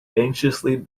anxiously